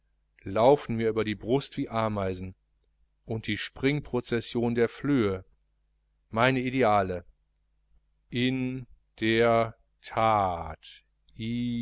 laufen mir über die brust wie ameisen und die springprozession der flöhe meine ideale in der that